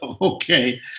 Okay